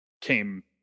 came